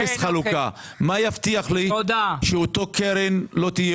מה יבטיח לי שאותה קרן לא תהיה